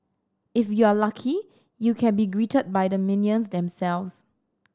if you're lucky you can be greeted by the minions themselves